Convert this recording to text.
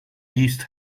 yeast